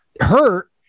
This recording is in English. hurt